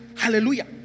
Hallelujah